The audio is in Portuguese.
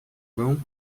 vão